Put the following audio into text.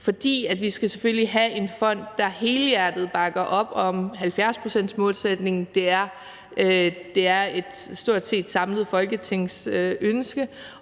For vi skal selvfølgelig have en fond, der helhjertet bakker op om 70-procentsmålsætningen. Det er et ønske fra stort set et samlet Folketing,